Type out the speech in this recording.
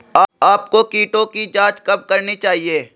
आपको कीटों की जांच कब करनी चाहिए?